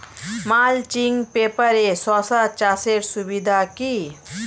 Mulching পেপারে শসা চাষের সুবিধা কি?